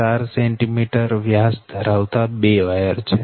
4 cm વ્યાસ ધરાવતા બે વાયર છે